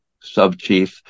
sub-chief